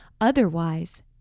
Otherwise